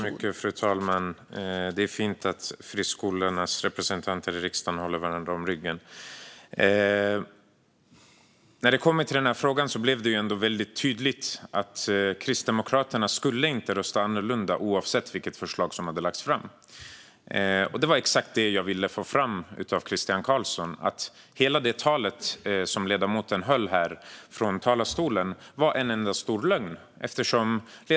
Fru talman! Det är fint att friskolornas representanter i riksdagen håller varandra om ryggen. När det kommer till den här frågan blev det väldigt tydligt att Kristdemokraterna inte skulle rösta annorlunda, oavsett vilket förslag som hade lagts fram. Det var exakt detta jag ville få fram av Christian Carlsson. Hela det tal som ledamoten höll från talarstolen var en enda stor lögn.